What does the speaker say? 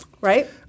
Right